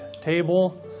table